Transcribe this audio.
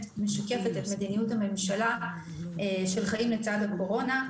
משקפת את מדיניות הממשלה של חיים לצד הקורונה.